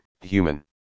human